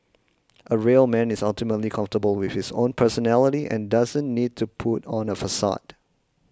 a real man is ultimately comfortable with his own personality and doesn't need to put on a facade